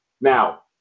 Now